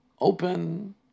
open